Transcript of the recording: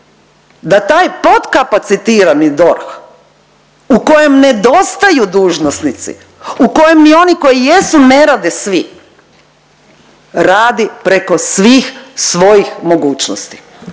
da taj potkapacitirani DORH u kojem nedostaju dužnosnici u kojem i oni koji jesu ne rade svi radi preko svih svojih mogućnosti.